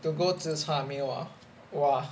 to go zi char meal ah !wah!